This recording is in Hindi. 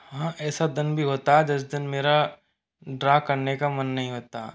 हाँ ऐसा दिन भी होता है जिस दिन मेरा ड्रा करने का मन नहीं होता